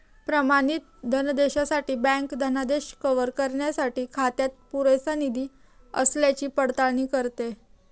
प्रमाणित धनादेशासाठी बँक धनादेश कव्हर करण्यासाठी खात्यात पुरेसा निधी असल्याची पडताळणी करते